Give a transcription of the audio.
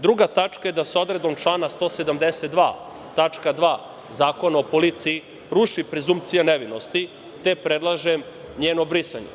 Druga tačka je da su odredbom člana 172. tačka 2. zakona o policiji ruši prezumpcija nevinosti, te predlažem njeno brisanje.